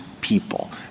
people